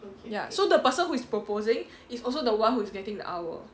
ya so the person who is proposing is also the one who's getting the hour